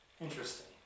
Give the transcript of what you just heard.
Interesting